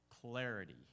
clarity